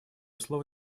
слово